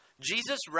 Jesus